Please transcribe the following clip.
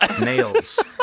Nails